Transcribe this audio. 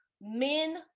men